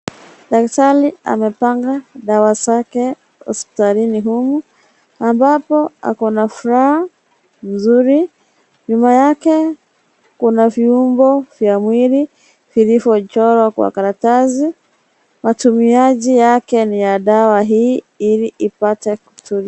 Daktari amepanga dawa zake hospitalini humu ambapo ako na furaha vizuri, nyuma yake kuna viungo vya mwili vilivyochorwa kwa karatasi, matumiaji yake ni ya dawa hii ili ipate kutu...